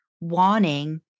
wanting